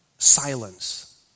Silence